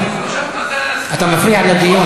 אתה מפריע לדיון,